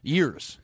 Years